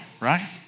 right